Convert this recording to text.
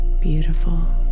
beautiful